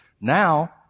Now